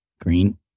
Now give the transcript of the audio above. Green